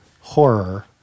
horror